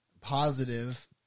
positive